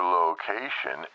location